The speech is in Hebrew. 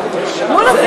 שומע.